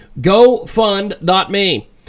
GoFund.me